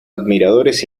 admiradores